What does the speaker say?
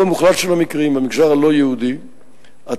כשהולכים לקבל הלוואה אז